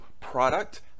product